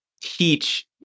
teach